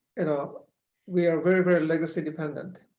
ah but we are very, very legacy dependent